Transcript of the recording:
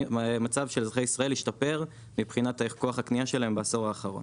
המצב של אזרחי ישראל השתפר מבחינת כוח הקנייה שלהם בעשור האחרון.